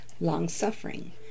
long-suffering